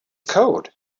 code